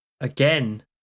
Again